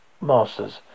masters